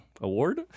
Award